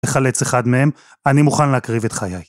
לחלץ אחד מהם, אני מוכן להקריב את חיי.